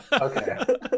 Okay